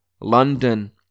London